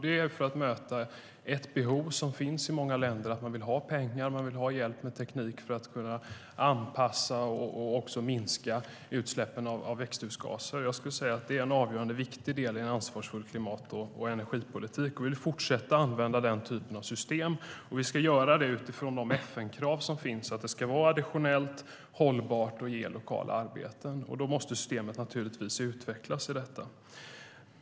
Det är för att möta ett behov som finns i många länder av pengar och hjälp med teknik för att kunna anpassa och också minska utsläppen av växthusgaser. Jag skulle säga att det är en avgörande och viktig del i en ansvarsfull klimat och energipolitik. Vi vill fortsätta att använda den typen av system, och vi ska göra det utifrån de FN-krav som finns på att det ska vara additionellt, hållbart och ge lokala arbeten. Då måste systemet naturligtvis utvecklas för detta.